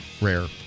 rare